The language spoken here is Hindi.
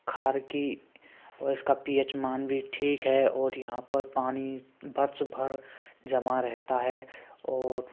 खार की उसका पीएच मान भी ठीक है और यहाँ पर पानी बरस भर जमा रहता है और